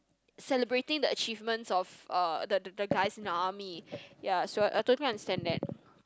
celebrating the achievements of uh the the the guys in the army ya so I totally understand that